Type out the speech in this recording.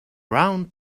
round